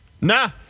Nah